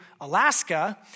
Alaska